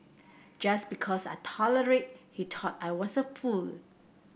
just because I tolerated he thought I was a fool